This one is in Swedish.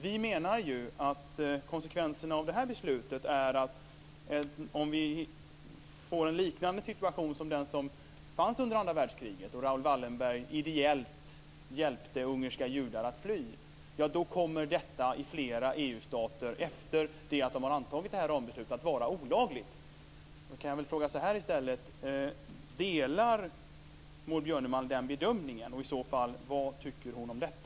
Vi menar att konsekvenserna av det här beslutet är att om vi får en liknande situation som den som fanns under andra världskriget när Raoul Wallenberg ideellt hjälpte ungerska judar att fly, kommer detta i flera EU-stater efter det att de har antagit det här rambeslutet att vara olagligt. Då kan jag fråga så här i stället: Delar Maud Björnemalm den bedömningen och vad tycker hon i så fall om detta?